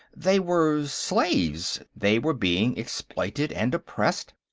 they were slaves. they were being exploited and oppressed.